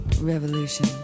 revolution